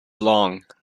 long